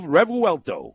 Revuelto